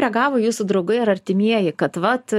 reagavo jūsų draugai ar artimieji kad vat